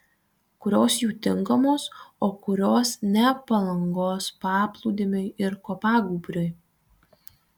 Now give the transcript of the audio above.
kurios jų tinkamos o kurios ne palangos paplūdimiui ir kopagūbriui